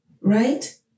right